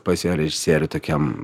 pas jo režisierių tokiam